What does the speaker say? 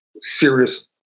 serious